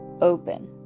open